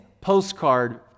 postcard